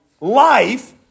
life